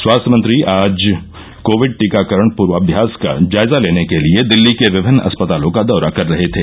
स्वास्थ्य मंत्री आज कोविड टीकाकरण पूर्वाम्यास का जायजा लेने के लिए दिर्ल्ली के विभिन्न अस्पतालों का दौरा कर रहे थे